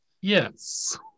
Yes